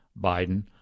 biden